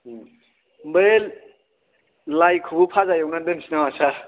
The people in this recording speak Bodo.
बै लायखौबो भाजा एवनानै दोननोसै नामा सार